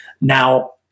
Now